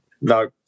No